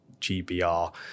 GBR